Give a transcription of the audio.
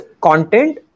content